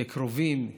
כקרובים,